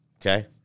Okay